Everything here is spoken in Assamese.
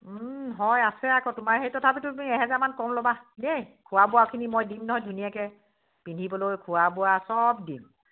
হয় আছে আকৌ তোমাৰ সেই তথাপিতো তুমি এহেজাৰমান কম ল'বা দেই খোৱা বোৱাখিনি মই দিম নহয় ধুনীয়াকৈ পিন্ধিবলৈ খোৱা বোৱা সব দিম